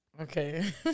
Okay